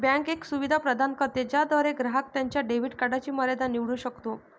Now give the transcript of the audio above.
bank एक सुविधा प्रदान करते ज्याद्वारे ग्राहक त्याच्या डेबिट कार्डची मर्यादा निवडू शकतो